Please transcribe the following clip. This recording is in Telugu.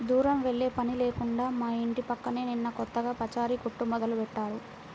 దూరం వెళ్ళే పని లేకుండా మా ఇంటి పక్కనే నిన్న కొత్తగా పచారీ కొట్టు మొదలుబెట్టారు